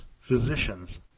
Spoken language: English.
physicians